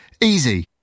Easy